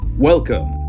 Welcome